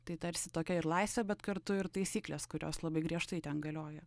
tai tarsi tokia ir laisvė bet kartu ir taisyklės kurios labai griežtai ten galioja